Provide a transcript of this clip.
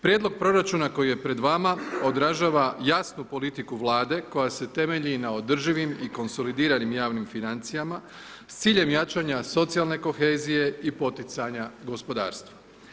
Prijedlog proračuna koji je pred vama, odražava jasnu politiku Vlade koja se temelji na održivim i konsolidiranim javnim financijama s ciljem jačanje socijalne kohezije i poticanja gospodarstva.